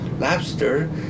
lobster